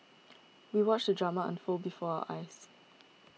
we watched the drama unfold before our eyes